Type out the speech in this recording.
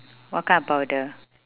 what kind of powder